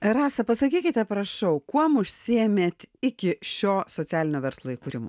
rasa pasakykite prašau kuom užsiėmėt iki šio socialinio verslo įkūrimo